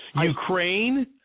Ukraine